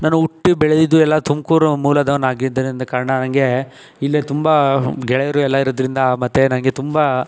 ನಾನು ಹುಟ್ಟಿ ಬೆಳೆದಿದ್ದು ಎಲ್ಲ ತುಮಕೂರು ಮೂಲದವನಾಗಿದ್ದರಿಂದ ಕಾರಣ ನನಗೆ ಇಲ್ಲೇ ತುಂಬ ಗೆಳೆಯರು ಎಲ್ಲ ಇರುವುದ್ರಿಂದ ಮತ್ತು ನನಗೆ ತುಂಬ